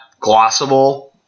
glossable